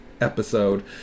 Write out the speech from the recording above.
episode